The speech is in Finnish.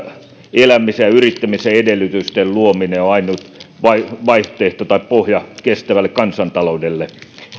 elämisen ja yrittämisen edellytysten luominen on ainut vaihtoehto tai pohja kestävälle kansantaloudelle